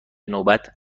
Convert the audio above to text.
نوبت